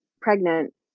pregnant